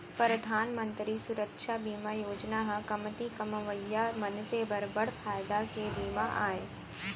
परधान मंतरी सुरक्छा बीमा योजना ह कमती कमवइया मनसे बर बड़ फायदा के बीमा आय